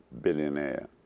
billionaire